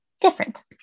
different